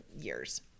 years